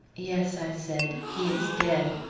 yes, i said he is dead.